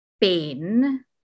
pain